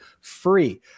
free